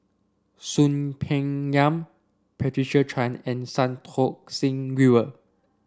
Soon Peng Yam Patricia Chan and Santokh Singh Grewal